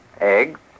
eggs